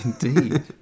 Indeed